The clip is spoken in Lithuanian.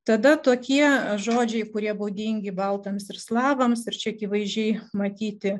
tada tokie žodžiai kurie būdingi baltams ir slavams ir čia akivaizdžiai matyti